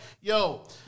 yo